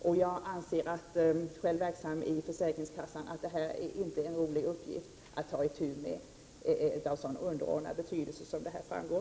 Själv verksam i försäkringskassan anser jag att detta inte är en rolig uppgift att ta — itu med — av så underordnand betydelse som här framgår.